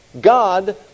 God